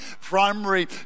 primary